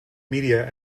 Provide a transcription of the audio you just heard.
media